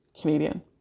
Canadian